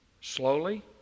Slowly